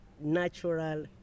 natural